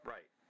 Right